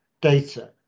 data